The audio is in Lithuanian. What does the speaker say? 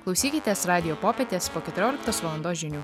klausykitės radijo popietės po keturioliktos valandos žinių